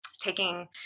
taking